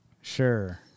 Sure